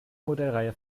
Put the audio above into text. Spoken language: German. modellreihe